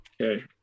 okay